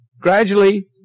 Gradually